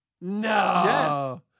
No